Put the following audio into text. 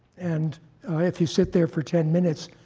and if you sit there for ten minutes,